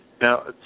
Now